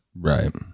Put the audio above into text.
Right